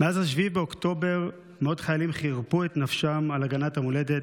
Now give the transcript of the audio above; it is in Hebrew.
מאז 7 באוקטובר מאות חיילים חירפו את נפשם על הגנת המולדת,